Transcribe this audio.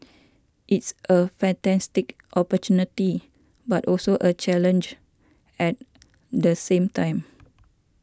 it's a fantastic opportunity but also a challenge at the same time